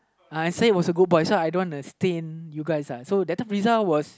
uh is light was a good boy so I don't want to stain you guys lah so that time Friza was